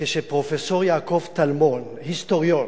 כשפרופסור יעקב טלמון, היסטוריון,